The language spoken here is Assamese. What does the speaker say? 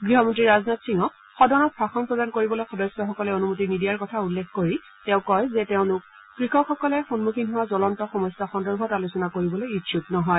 গৃহমন্ত্ৰী ৰাজনাথ সিঙক সদনত ভাষণ প্ৰদান কৰিবলৈ সদস্যসকলে অনুমতি নিদিয়াৰ কথা উল্লেখ কৰি তেওঁ কয় যে তেওঁলোক কৃষকসকলে সন্মুখীন হোৱা জলন্ত সমস্যা সন্দৰ্ভত আলোচনা কৰিবলৈ ইচ্ছুক নহয়